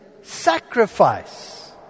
Sacrifice